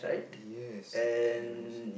yes rice